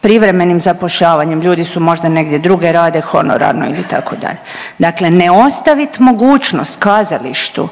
privremenim zapošljavanjem? Ljudi su možda negdje drugdje rade honorarno ili tako dalje, dakle ne ostavit mogućnost kazalištu